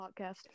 podcast